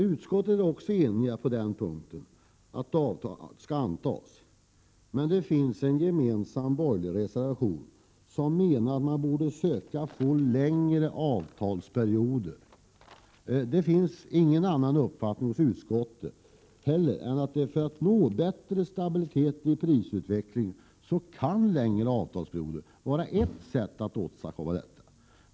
Utskottet är enigt på den punkten att jordbruksnämndens förslag skall antas, men det finns en gemensam borgerlig reservation som menar att man borde söka få längre avtalsperioder. Det finns ingen annan uppfattning hos utskottsmajoriteten heller än att längre avtalsperioder kan vara ett sätt att åstadkomma bättre stabilitet i prisutvecklingen.